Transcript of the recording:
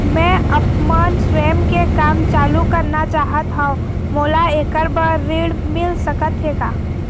मैं आपमन स्वयं के काम चालू करना चाहत हाव, मोला ऐकर बर ऋण मिल सकत हे का?